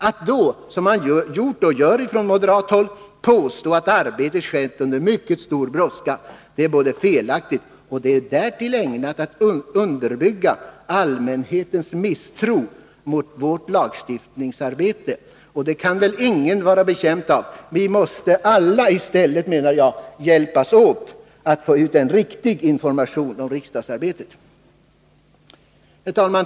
Att då, som man har gjort och gör från moderat håll, påstå att arbetet har skett under mycket stor brådska är felaktigt och därtill ägnat att underbygga allmänhetens misstro mot vårt lagstiftningsarbete. Och det kan väl ingen vara betjänt av. Vi måste i stället alla hjälpas åt att få ut en riktig information om riksdagsarbetet.